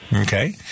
Okay